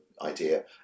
idea